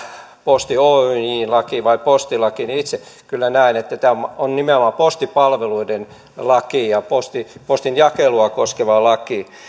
posti oyjn laki vai postilaki niin itse kyllä näen että tämä on nimenomaan postipalveluiden laki ja postinjakelua koskeva laki